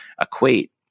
equate